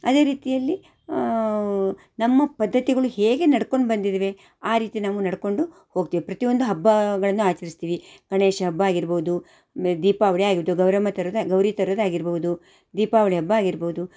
ಅದೇ ರೀತಿಯಲ್ಲಿ ನಮ್ಮ ಪದ್ಧತಿಗಳು ಹೇಗೆ ನಡ್ಕೊಂಡು ಬಂದಿದ್ದಾವೆ ಆ ರೀತಿ ನಾವು ನಡ್ಕೊಂಡು ಹೋಗ್ತೀವಿ ಪ್ರತಿಯೊಂದು ಹಬ್ಬಗಳನ್ನು ಆಚರಿಸ್ತೀವಿ ಗಣೇಶ ಹಬ್ಬ ಆಗಿರ್ಬೋದು ಮೇಲೆ ದೀಪಾವಳಿ ಆಗಿದ್ದು ಗೌರಮ್ಮ ತರೋದು ಆ ಗೌರಿ ತರೋದಾಗಿರ್ಬೋದು ದೀಪಾವಳಿ ಹಬ್ಬ ಆಗಿರ್ಬೋದು